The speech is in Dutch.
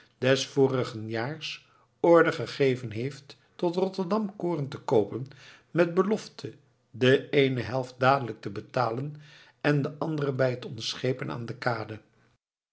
des vorigen jaars order gegeven heeft tot rotterdam koren te koopen met belofte de eene helft dadelijk te betalen en de andere bij het ontschepen aan de kade